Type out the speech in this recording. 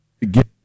get